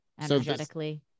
energetically